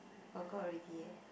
forgot already eh